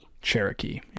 Cherokee